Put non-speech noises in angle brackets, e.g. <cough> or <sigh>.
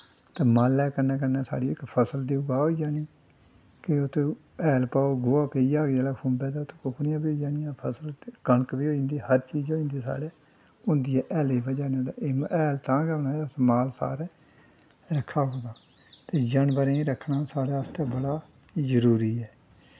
ते माल्लै दै कन्नै कन्नै साढ़ी इक फसल दी <unintelligible> होई जानी ते उत्थै हैल पाओ गोहा पेई जाह्ग खुम्बै जिसलै तां कुकड़ियां पेई जानियां फसल ते कनक बी होई जंदी फसल बी हर चीज होई जंदी साढ़ै होंदी हैले दी बजह कन्नै गै ऐ हैल तां गै होना अगर असें माल रक्के दा होग ते जानवरें गी रक्खना साढ़ै आस्तै बड़ा जरूरी ऐ